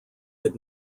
did